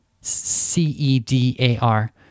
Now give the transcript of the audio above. C-E-D-A-R